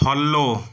follow